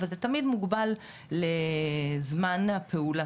אבל זה תמיד מוגבל לזמן הפעולה.